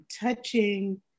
touching